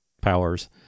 powers